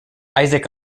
isaac